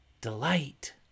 delight